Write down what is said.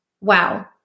wow